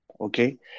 Okay